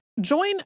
Join